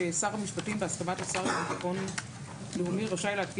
ששר המשפטים בהסכמת השר לביטחון לאומי רשאי להתקין